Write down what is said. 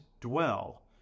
dwell